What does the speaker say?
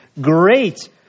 great